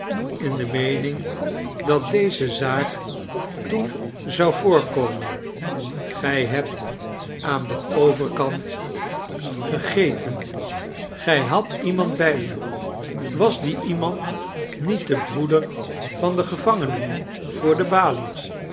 in de meening dat deze zaak toen zou voorkomen gij hebt aan den overkant gegeten gij hadt iemand bij u was die iemand niet de broeder van den gevangene voor de balie